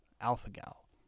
alpha-gal